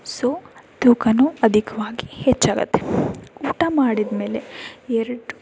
so ತೂಕನು ಅಧಿಕವಾಗಿ ಹೆಚ್ಚಾಗುತ್ತೆ ಊಟ ಮಾಡಿದಮೇಲೆ ಎರಡು